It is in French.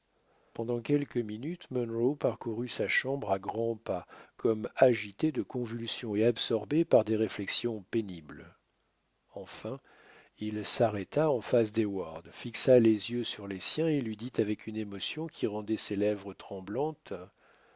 pendant quelques minutes munro parcourut sa chambre à grands pas comme agité de convulsions et absorbé par des réflexions pénibles enfin il s'arrêta en face d'heyward fixa les yeux sur les siens et lui dit avec une émotion qui rendait ses lèvres tremblantes